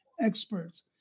experts